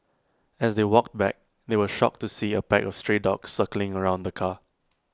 as they walked back they were shocked to see A pack of stray dogs circling around the car